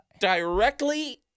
Directly